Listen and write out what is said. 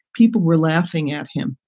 people were laughing at him.